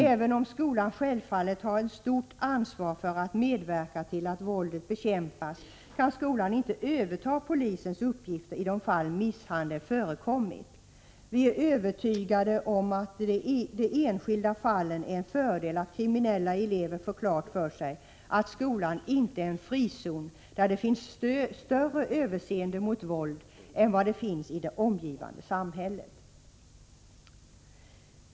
Även om skolan självfallet har ett stort ansvar för att medverka till att våldet bekämpas, kan skolan inte överta polisens uppgifter i de fall misshandel har förekommit. Vi är övertygade om att det i de enskilda fallen är en fördel att kriminella elever får klart för sig att skolan inte är en frizon, där det finns större överseende mot våld än vad det finns i det omgivande samhället.